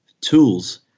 tools